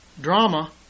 drama